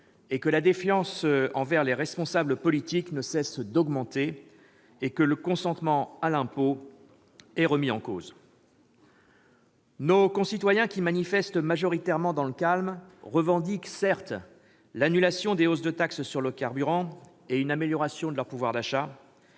que la défiance envers les responsables politiques ne cesse d'augmenter et que le consentement à l'impôt est remis en cause. Certes, nos concitoyens, qui manifestent majoritairement dans le calme, revendiquent l'annulation de la hausse des taxes sur le carburant et une amélioration de leur pouvoir d'achat,